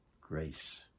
grace